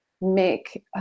make